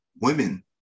women